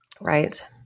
right